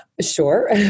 Sure